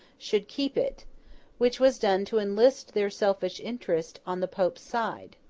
should keep it which was done to enlist their selfish interest on the pope's side.